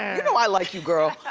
you know i like you, girl.